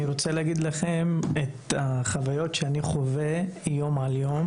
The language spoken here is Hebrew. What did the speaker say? אני רוצה לספר לכם את החוויות שאני חווה יום-יום.